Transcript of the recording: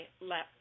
left